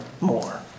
more